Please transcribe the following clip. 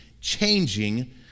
changing